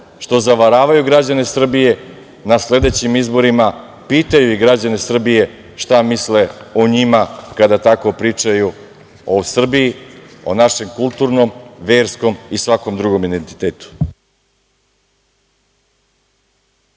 što zavaravaju građane Srbije, na sledećim izborima pitaju građane Srbije šta misle o njima kada tako pričaju o Srbiji, o našem kulturnom, verskom i svakom drugom identitetu.